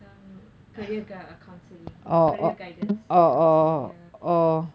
uh career counselling career guidance counselling ya